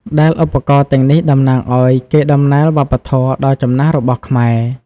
ដែលឧបករណ៍ទាំងនេះតំណាងឱ្យកេរដំណែលវប្បធម៌ដ៏ចំណាស់របស់ខ្មែរ។